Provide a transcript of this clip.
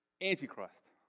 Antichrist